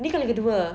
ni kali kedua